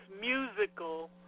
musical